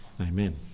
Amen